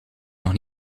nog